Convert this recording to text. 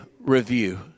review